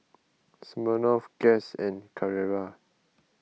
Smirnoff Guess and Carrera